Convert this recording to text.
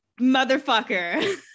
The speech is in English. motherfucker